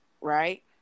right